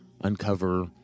uncover